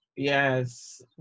Yes